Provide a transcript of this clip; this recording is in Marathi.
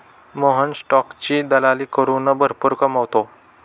मोहन स्टॉकची दलाली करून भरपूर कमावतो